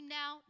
now